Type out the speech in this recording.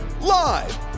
Live